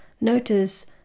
notice